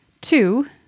Two